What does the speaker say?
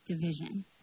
division